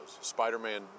Spider-Man